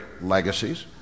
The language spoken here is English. legacies